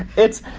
it's.